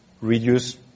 reduce